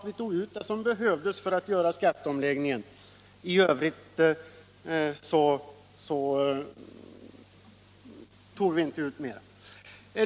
Vi tog ut vad som behövdes för att genomföra skatteomläggningen och inte mer.